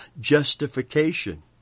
justification